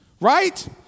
right